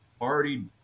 already